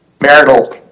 marital